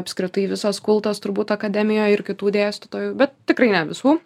apskritai visas kultas turbūt akademijoj ir kitų dėstytojų bet tikrai ne visų